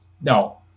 No